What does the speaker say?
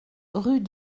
rue